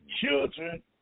children